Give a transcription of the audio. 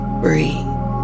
breathe